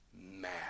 mad